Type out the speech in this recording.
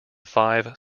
five